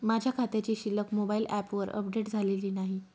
माझ्या खात्याची शिल्लक मोबाइल ॲपवर अपडेट झालेली नाही